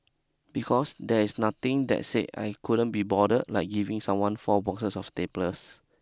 because there is nothing that say I couldn't be bother like giving someone four boxes of staples